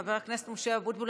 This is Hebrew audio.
חבר הכנסת משה אבוטבול,